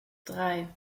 drei